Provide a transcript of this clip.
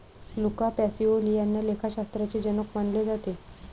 Luca Pacioli यांना लेखाशास्त्राचे जनक मानले जाते